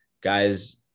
Guys